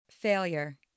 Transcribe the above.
failure